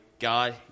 God